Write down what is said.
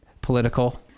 political